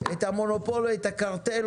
את המונופול ואת הקרטל,